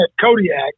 Kodiak